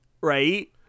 Right